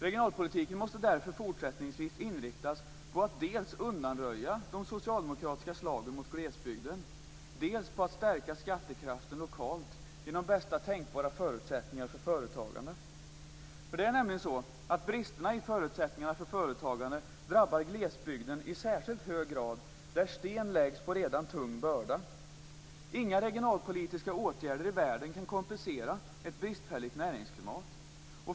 Regionalpolitiken måste därför fortsättningsvis inriktas på att dels undanröja de socialdemokratiska slagen mot glesbygden, dels stärka skattekraften lokalt genom bästa tänkbara förutsättningar för företagande. Bristerna i förutsättningarna för företagande drabbar glesbygden i särskilt hög grad, där sten läggs på en redan tung börda. Inga regionalpolitiska åtgärder i världen kan kompensera ett bristfälligt näringsklimat.